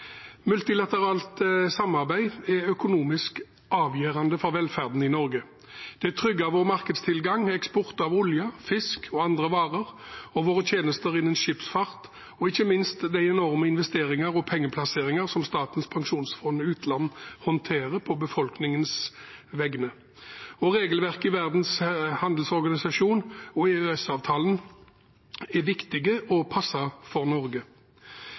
Multilateralt samarbeid er økonomisk avgjørende for velferden i Norge. Det trygger vår markedstilgang, eksport av olje, fisk og andre varer, våre tjenester innen skipsfart og ikke minst de enorme investeringer og pengeplasseringer som Statens pensjonsfond utland håndterer på befolkningens vegne. Regelverket i Verdens handelsorganisasjon og EØS-avtalen er viktig og passer for Norge.